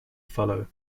follow